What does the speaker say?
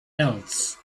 else